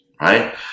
right